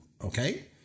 Okay